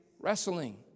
wrestling